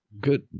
Good